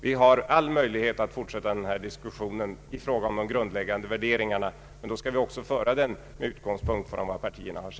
Vi har alla möjlighet att fortsätta denna diskussion om de grundläggande värderingarna, men då skall vi också föra den med utgångspunkt i vad partierna sagt.